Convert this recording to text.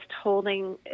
holding